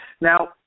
Now